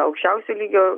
aukščiausio lygio